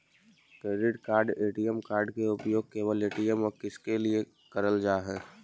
Credit card ATM card के उपयोग केवल ए.टी.एम और किसके के लिए करल जा है?